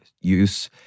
use